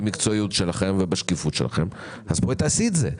במקצועיות שלכם ובשקיפות שלכם בואי תעשי את זה.